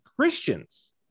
Christians